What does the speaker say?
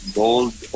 bold